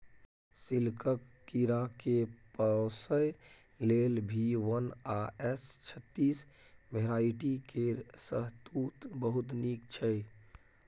सिल्कक कीराकेँ पोसय लेल भी वन आ एस छत्तीस भेराइटी केर शहतुत बहुत नीक छै